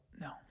No